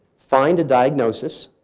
find a diagnosis,